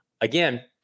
Again